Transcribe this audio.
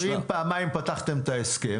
פעמיים פתחתם את ההסכם.